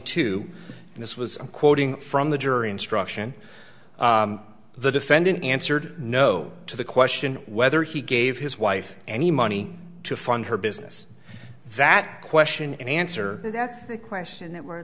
two and this was quoting from the jury instruction the defendant answered no to the question whether he gave his wife any money to fund her business that question and answer that's the question that we're